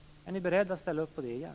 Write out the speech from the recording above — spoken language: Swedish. Är ni beredda att ställa upp på det igen?